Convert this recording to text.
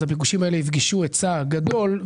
הביקושים האלה יפגשו היצע גדול,